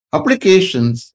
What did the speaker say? Applications